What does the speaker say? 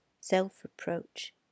self-reproach